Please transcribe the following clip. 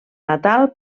natal